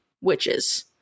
witches